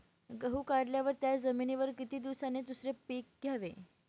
गहू काढल्यावर त्या जमिनीवर किती दिवसांनी दुसरे पीक घ्यावे?